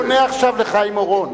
הוא עונה עכשיו לחיים אורון.